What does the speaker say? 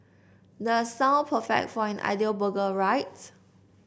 does sound perfect for an ideal burger right